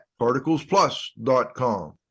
particlesplus.com